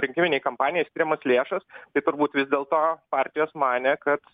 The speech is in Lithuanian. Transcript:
rinkiminei kampanijai skiriamas lėšas tai turbūt vis dėlto partijos manė kad